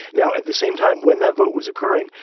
now, at the same time, when that vote was occurring,